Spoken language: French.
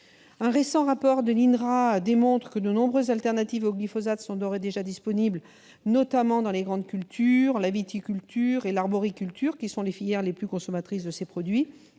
agronomique, l'INRA, démontre que de nombreuses alternatives au glyphosate sont d'ores et déjà disponibles, notamment pour les grandes cultures, la viticulture et l'arboriculture, qui sont les filières les plus consommatrices de ces produits.